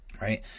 Right